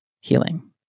healing